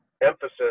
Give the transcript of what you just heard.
emphasis